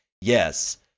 yes